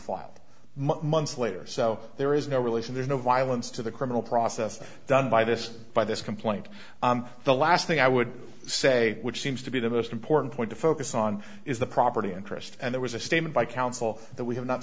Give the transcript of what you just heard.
filed months later so there is no relation there's no violence to the criminal process done by this by this complaint the last thing i would say which seems to be the most important point to focus on is the property interest and there was a statement by counsel that we have not